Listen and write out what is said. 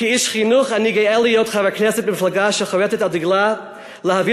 כאיש חינוך אני גאה להיות חבר כנסת במפלגה שחורתת על דגלה להביא